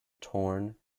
torn